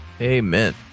Amen